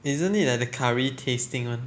isn't it like the curry tasting [one]